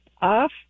off